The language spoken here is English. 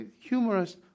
humorous